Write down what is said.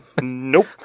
Nope